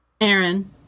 Aaron